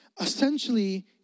Essentially